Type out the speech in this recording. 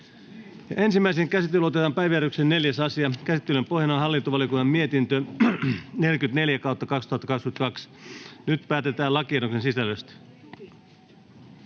Ensimmäiseen käsittelyyn esitellään päiväjärjestyksen 4. asia. Käsittelyn pohjana on hallintovaliokunnan mietintö HaVM 44/2022 vp. Nyt päätetään lakiehdotusten sisällöstä.